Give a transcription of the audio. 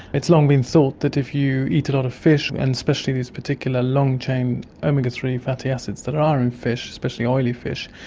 long been thought that if you eat a lot of fish, and especially these particular long-chain omega three fatty acids that are in fish, especially oily fish,